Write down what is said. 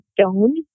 stone